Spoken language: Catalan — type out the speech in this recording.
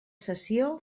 sessió